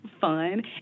fun